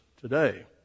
today